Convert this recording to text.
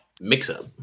mix-up